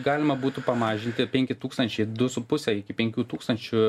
galima būtų pamažinti penki tūkstančiai du su puse iki penkių tūkstančių